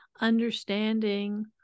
understanding